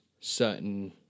certain